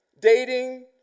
dating